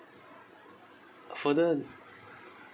further